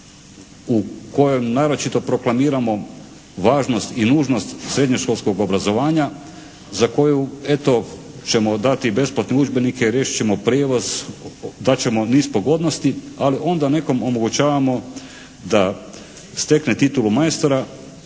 u kojem naročito proklamiramo važnost i nužnost srednjoškolskog obrazovanja za koju eto ćemo dati besplatne udžbenike i riješit ćemo prijevoz, dat ćemo niz pogodnosti, ali onda nekom omogućavamo da stekne titulu majstora